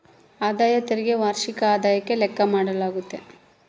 ಆದಾಯ ತೆರಿಗೆ ವಾರ್ಷಿಕ ಆದಾಯುಕ್ಕ ಲೆಕ್ಕ ಮಾಡಾಲಾಗ್ತತೆ